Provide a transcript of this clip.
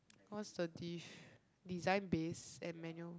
what's the diff~ design base and manual